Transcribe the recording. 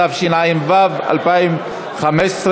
התשע"ו 2015,